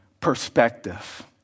perspective